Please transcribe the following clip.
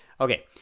Okay